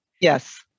Yes